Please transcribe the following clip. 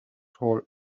told